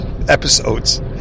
episodes